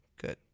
Good